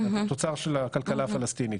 התוצר של הכלכלה הפלסטינית.